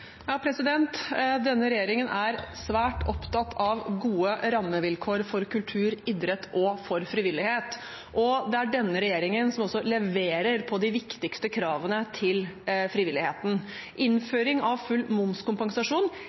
Denne regjeringen er svært opptatt av gode rammevilkår for kultur, idrett og frivillighet. Det er denne regjeringen som også leverer på de viktigste kravene til frivilligheten. Innføring av full momskompensasjon